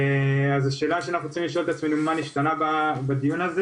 אז השאלה שאנחנו צריכים לשאול את עצמינו היא מה נשתנה בדיון הזה